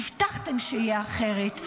הבטחתם שיהיה אחרת.